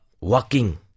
walking